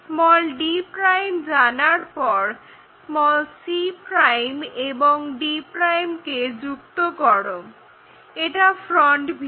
d' জানার পর c' এবং d' কে যুক্ত করো এটা ফ্রন্ট ভিউ